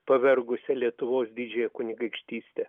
pavergusią lietuvos didžiąją kunigaikštystę